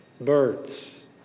birds